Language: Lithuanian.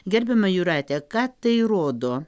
gerbiama jūrate ką tai rodo